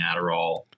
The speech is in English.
adderall